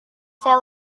saya